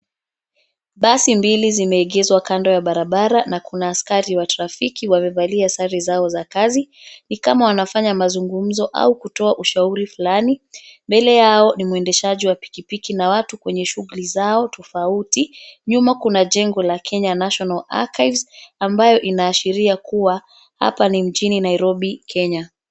Basi mbili zimeegeshwa kando ya barabara na kuna askari wa trafiki wamevalia sare zao za kazi. Ni kama wanafanya mazungumzo au kutoa ushauri fulani. Mbele yao ni mwendeshaji wa pikipiki na watu kwenye shughuli zao tofauti. Nyuma kuna jengo la Kenya National Archives ambayo inaashiria kuwa hapa ni mjini Nairobi Kenya.